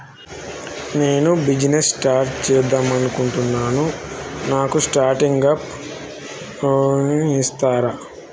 నేను business start చేద్దామనుకుంటున్నాను నాకు స్టార్టింగ్ అప్ లోన్ ఇస్తారా?